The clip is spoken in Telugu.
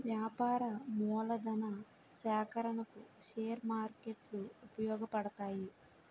వ్యాపార మూలధన సేకరణకు షేర్ మార్కెట్లు ఉపయోగపడతాయి